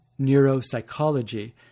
neuropsychology